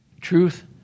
Truth